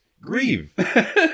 grieve